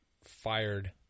fired